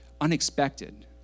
unexpected